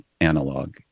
analog